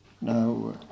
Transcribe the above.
Now